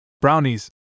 brownies